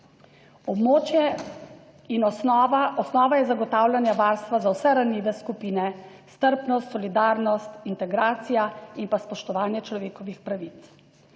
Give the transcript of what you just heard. osnova, osnova je zagotavljanje varstva za vse ranljive skupine, strpnost, solidarnost, integracija in pa spoštovanje človekovih pravic.